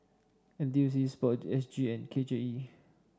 NTUC sport S G and K J E